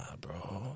bro